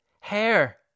Hair